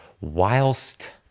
whilst